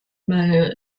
mayor